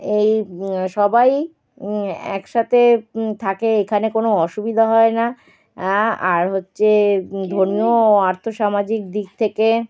এই সবাই একসাথে থাকে এখানে কোনো অসুবিধা হয় না আর হচ্ছে ধর্মীয় আর্থ সামাজিক দিক থেকে